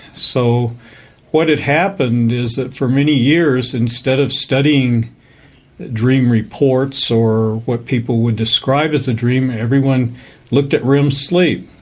so what had happened is that for many years, instead of studying dream reports or what people would describe as a dream, everyone looked at rem sleep.